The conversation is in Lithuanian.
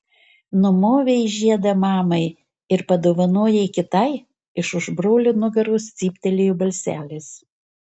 numovei žiedą mamai ir padovanojai kitai iš už brolio nugaros cyptelėjo balselis